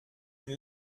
une